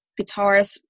guitarist